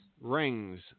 rings